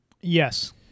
Yes